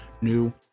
new